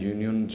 Union